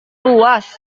luas